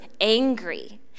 angry